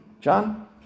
John